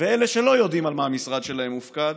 ואלה שלא יודעים על מה המשרד שלהם מופקד,